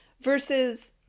versus